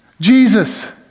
Jesus